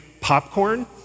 popcorn